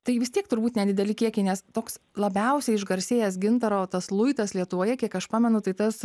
tai vis tiek turbūt nedideli kiekiai nes toks labiausiai išgarsėjęs gintaro tas luitas lietuvoje kiek aš pamenu tai tas